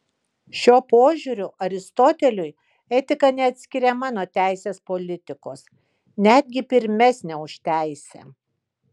šiuo požiūriu aristoteliui etika neatskiriama nuo teisės politikos netgi pirmesnė už teisę